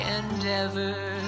endeavor